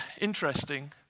interesting